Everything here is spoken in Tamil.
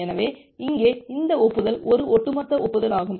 எனவே இங்கே இந்த ஒப்புதல் ஒரு ஒட்டுமொத்த ஒப்புதல் ஆகும்